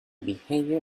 behavior